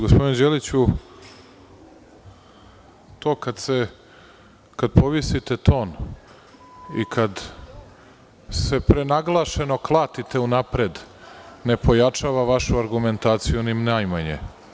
Gospodine Đeliću, to kada povisite ton i kada se prenaglašeno klatite unapred, ne pojačava vašu argumentaciju ni najmanje.